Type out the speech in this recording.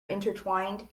intertwined